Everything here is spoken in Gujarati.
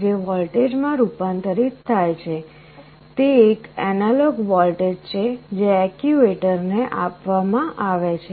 જે વોલ્ટેજમાં રૂપાંતરિત થાય છે તે એક એનાલોગ વોલ્ટેજ છે જે એક્ચ્યુએટરને આપવામાં આવે છે